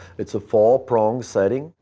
it's a four-prong setting.